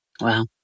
Wow